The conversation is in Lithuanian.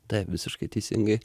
taip visiškai teisingai